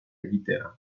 egitea